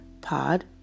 pod